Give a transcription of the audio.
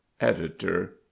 editor